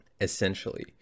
essentially